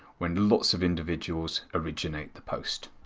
when lots of individuals originate the post.